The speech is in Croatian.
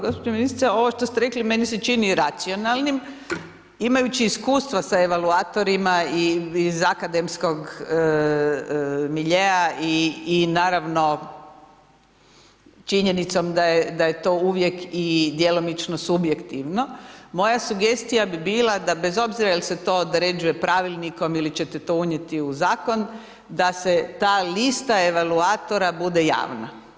Gospođo ministrice, ovo što ste rekli, meni se čini racionalnim, imajući iskustva sa evakuatorima i iz akademskog miljea i naravno činjenicom da je to uvijek i djelomično subjektivno, moja sugestija bi bila, da bez obzira jel se to određuje pravilnikom ili ćete to unijeti u zakon, da se ta lista evakuatora bude javna.